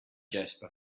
jasper